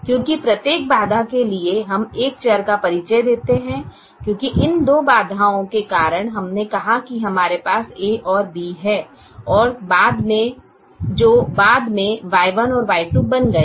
क्योंकि प्रत्येक बाधा के लिए हम एक चर का परिचय देते हैं क्योंकि इन दो बाधाओं के कारण हमने कहा कि हमारे पास A और B हैं जो बाद में Y1 और Y2 बन गए